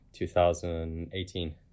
2018